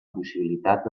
possibilitat